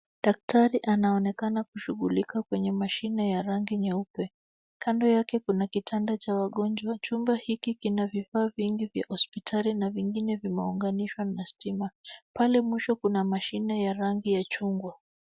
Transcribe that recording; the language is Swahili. Daktari anaoenekana kushughulika kwenye mashine ya rangi nyeupe. Kando yake kuna kitanda cha wagonjwa. Chumba hiki kina vifaa vingi vya hospitali na vingine vimeunganishwa na stima. Pale mwisho kuna mashine ya rangi ya chungwa.